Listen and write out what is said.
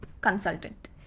consultant